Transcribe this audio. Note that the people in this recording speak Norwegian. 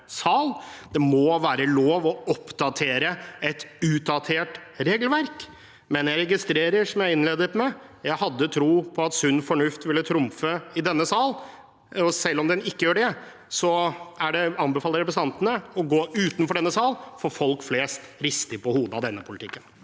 Det må være lov å oppdatere et utdatert regelverk. Men som jeg innledet med: Jeg hadde tro på at sunn fornuft ville trumfe det meste i denne salen. Og selv om den ikke gjør det, anbefaler jeg representantene å gå utenfor denne sal, for folk flest rister på hodet av denne politikken.